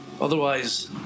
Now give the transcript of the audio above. otherwise